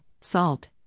salt